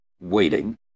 waiting